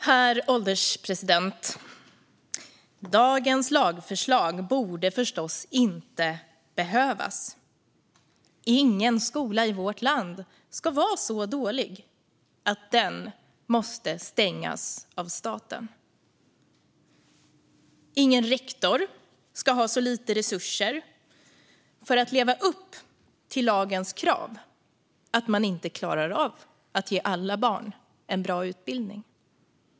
Herr ålderspresident! Dagens lagförslag borde förstås inte behövas. Ingen skola i vårt land ska vara så dålig att den måste stängas av staten. Ingen rektor ska ha så lite resurser att leva upp till lagens krav att man inte klarar av att ge alla barn en bra utbildning.